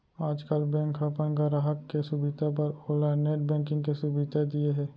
आजकाल बेंक ह अपन गराहक के सुभीता बर ओला नेट बेंकिंग के सुभीता दिये हे